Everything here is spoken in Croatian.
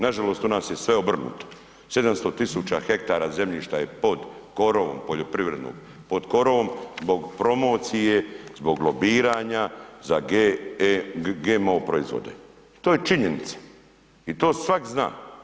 Nažalost kod nas je sve obrnuto, 700.000 hektara zemljišta je pod korovom poljoprivrednom, pod korovom, zbog promocije, zbog lobiranja za GMO proizvode, to je činjenica i to svak zna.